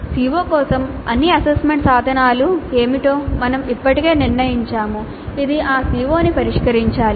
CO కోసం అన్ని assessment సాధనాలు ఏమిటో మేము ఇప్పటికే నిర్ణయించాము ఇది ఆ CO ని పరిష్కరించాలి